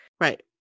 Right